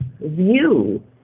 view